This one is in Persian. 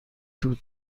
توت